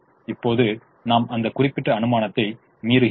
இப்போது நாம் அந்த குறிப்பிட்ட அனுமானத்தை மீறுகிறோம்